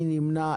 מי נמנע?